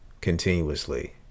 continuously